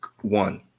one